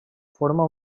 forma